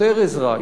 יותר עזרה,